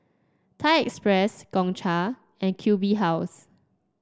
Thai Express Gongcha and Q B House